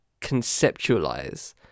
conceptualize